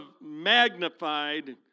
magnified